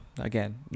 again